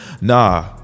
Nah